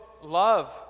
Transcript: love